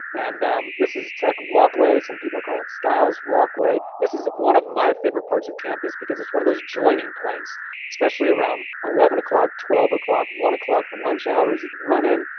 and um this is tech walkway. some people call it skiles walkway. this is one of my favorite parts of campus because it's one of those joining points especially around eleven o'clock, twelve o'clock, one o'clock, the lunch hours you can run in,